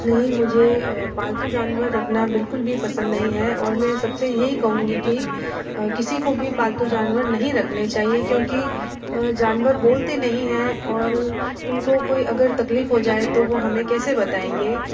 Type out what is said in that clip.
नहीं मुझे पालतू जानवर रखना बिल्कुल भी पसंद नहीं है और मैं सबसे यही कहूँगी कि किसी को भी पालतू जानवर नहीं रखने चाहिए क्योंकि जानवर बोलते नहीं है और उनको कोई अगर तकलीफ़ हो जाए तो वो हमें कैसे बताएंगे